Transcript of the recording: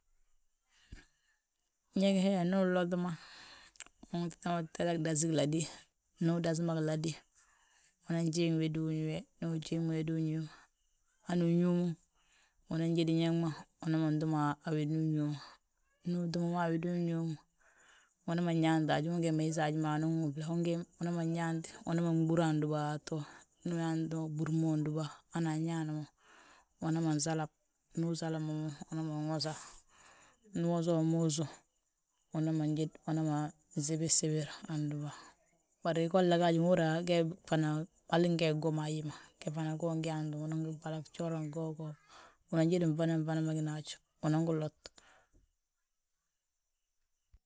Ñeg he, ndu unlot ma, untita ma dasi giladí, ndu udas ma giladí, unan jiiŋi wédi uñuwe, ndu ujiiŋ wédi uñuw ma. Hani wi ñuw mo unan jédi ñeg ma, uman ntúm a wédi uñuw ma, ndu utúm ma a wédi uñuwi ma. Unan ma nyaanta haj, ungee ma yísi haji ma nan wúfle, unaman yaanti uman ɓurra andúbatu, hana añaan mo. Uman salab, ndu usalab ma mo uman wosa ndu uwosa ma mo usów. Umanan jéd umanan sibirsibir andúba. Bari golla gaaj húra hali ngee gwom a hí ma, ge ungi yaanti mo, unan gi ɓalag, gjooraŋ gwooye gwooye, unan jédi gfana gfana ma gína a unan gilot.